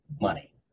money